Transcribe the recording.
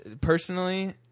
Personally